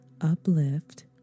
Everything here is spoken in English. uplift